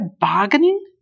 bargaining